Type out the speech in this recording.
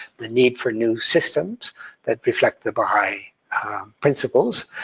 the need for new systems that reflect the baha'i principles.